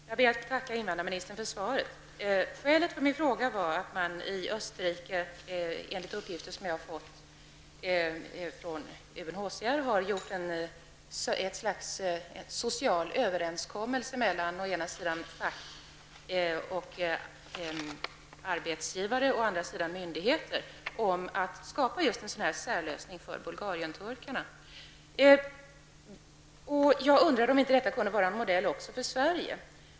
Herr talman! Jag ber att få tacka invandrarministern för svaret. Skälet till min fråga är att man i Österrike enligt uppgifter från UNHCR har gjort en social överenskommelse mellan å ena sidan fack och arbetsgivare och å andra sidan myndigheter för att skapa en sådan särlösning för Bulgarienturkarna. Jag undrar om inte detta kan vara en modell även för Sverige.